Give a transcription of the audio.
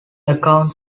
account